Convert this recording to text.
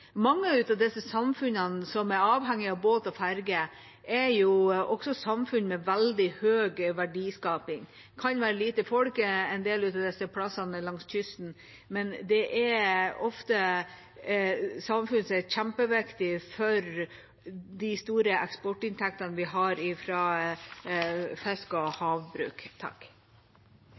Mange av de samfunnene som er avhengig av båt og ferge, er også samfunn med veldig høy verdiskaping. Det kan være lite folk på en del av disse stedene langs kysten, men det er ofte samfunn som er kjempeviktige for de store eksportinntektene vi har fra fiske og havbruk.